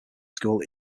school